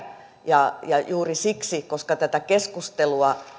ja juuri siksi koska tätä keskustelua